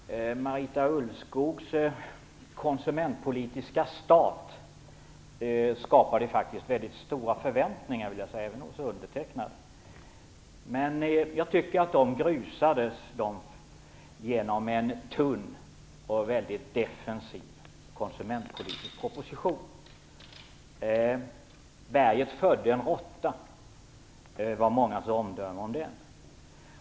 Fru talman! Marita Ulvskogs konsumentpolitiska start skapade faktiskt väldigt stora förväntningar - även hos undertecknad. Men jag tycker att de grusades genom en tunn och väldigt defensiv konsumentpolitisk proposition. "Berget födde en råtta" var mångas omdöme om den.